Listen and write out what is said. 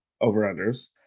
over-unders